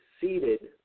seated